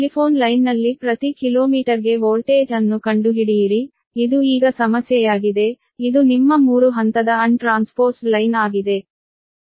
telephone ಲೈನ್ನಲ್ಲಿ ಪ್ರತಿ ಕಿಲೋಮೀಟರ್ಗೆ ವೋಲ್ಟೇಜ್ ಅನ್ನು ಕಂಡುಹಿಡಿಯಿರಿ ಇದು ಈಗ ಸಮಸ್ಯೆಯಾಗಿದೆ ಇದು ನಿಮ್ಮ 3 ಹಂತದ ಅನ್ ಟ್ರಾನ್ಸ್ಪೋಸ್ಡ್ ಲೈನ್ ಆಗಿದೆ